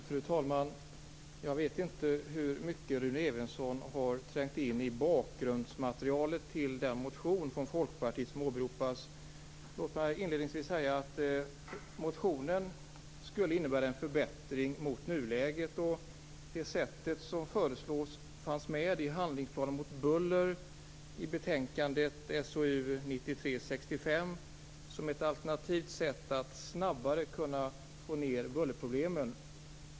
Fru talman! Jag vet inte hur mycket Rune Evensson har trängt in i det material som utgör bakgrunden till den motion från Folkpartiet som åberopas. Vad som sägs i motionen skulle innebära en förbättring jämfört med hur det är i nuläget. Det sätt som föreslås fanns med i handlingsplanen mot buller - betänkande SOU 1993:65 - som ett alternativ när det gäller att snabbare minska bullerproblemen.